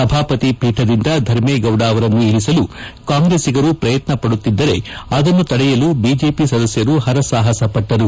ಸಭಾಪತಿ ಪೀಠದಿಂದ ಧರ್ಮೇಗೌಡ ಅವರನ್ನು ಇಳಿಸಲು ಕಾಂಗ್ರೆಸಿಗರು ಪ್ರಯತ್ನ ಪಡುತ್ತಿದ್ದರೆ ಅದನ್ನು ತಡೆಯಲು ಬಿಜೆಪಿ ಸದಸ್ಯರು ಹರಸಾಹಸಪಟ್ಟರು